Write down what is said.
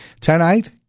tonight